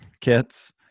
Kits